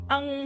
Ang